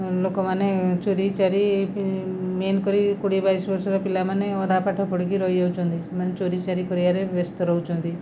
ଲୋକମାନେ ଚୋରେଇ ଚାରେଇ ମେନ୍ କରି କୋଡ଼ିଏ ବାଇଶି ବର୍ଷର ପିଲାମାନେ ଅଧା ପାଠ ପଢ଼ିକି ରହିଯାଉଛନ୍ତି ସେମାନେ ଚୋରିଚାରି କରିବାରେ ବ୍ୟସ୍ତ ରହୁଛନ୍ତି